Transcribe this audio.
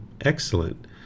excellent